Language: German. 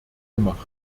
gemacht